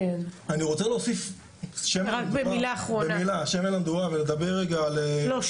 אני רוצה להוסיף שמן למדורה ולדבר על --- לא,